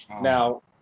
Now